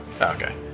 Okay